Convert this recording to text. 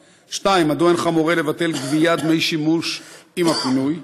2. מדוע אינך מורה לבטל גביית דמי שימוש עם הפינוי?